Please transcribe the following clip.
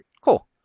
Cool